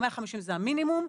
150 זה המינימום,